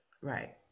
Right